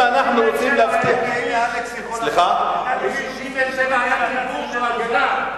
מי אמר השמדה על מדינת ישראל?